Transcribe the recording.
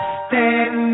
stand